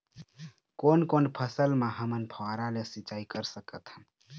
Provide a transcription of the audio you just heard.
कोन कोन फसल म हमन फव्वारा ले सिचाई कर सकत हन?